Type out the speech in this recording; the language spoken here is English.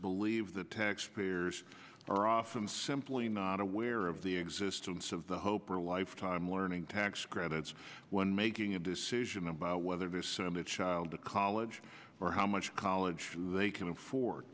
believe that taxpayers are often simply not aware of the existence of the hope or lifetime learning tax credits when making a decision about whether this sort of the child to college or how much college they can afford